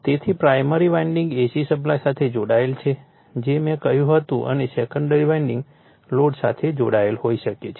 તેથી primary winding AC supply સાથે જોડાયેલ છે જે મેં કહ્યું હતું અને સેકન્ડરી વાઇન્ડિંગ લોડ સાથે જોડાયેલ હોઈ શકે છે